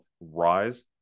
RISE